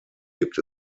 gibt